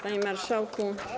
Panie Marszałku!